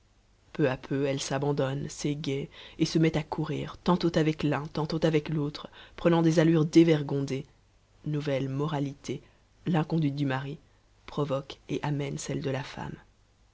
peu à peu elle s'abandonne s'égaie et se met à courir tantôt avec l'un tantôt avec l'autre prenant des allures dévergondées nouvelle moralité l'inconduite du mari provoque et amène celle de la femme